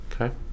Okay